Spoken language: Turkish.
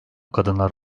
kadınlar